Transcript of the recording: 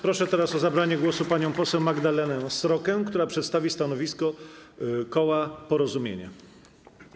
Proszę teraz o zabranie głosu panią poseł Magdalenę Srokę, która przedstawi stanowisko koła Porozumienie.